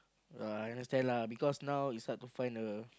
I understand lah because now is hard to find a